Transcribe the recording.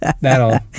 That'll